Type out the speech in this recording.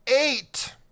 eight